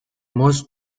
most